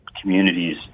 communities